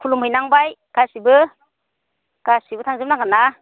खुलुमहैनांबाय गासिबो गासिबो थांजोबनांगोनना